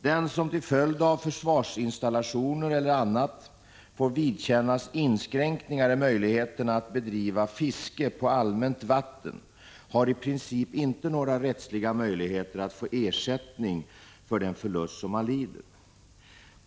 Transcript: Den som till följd av försvarsinstallationer eller annat får vidkännas inskränkningar i möjligheterna att bedriva fiske på allmänt vatten har i princip inte några rättsliga möjligheter att få ersättning för den förlust som han lider.